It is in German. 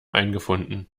eingefunden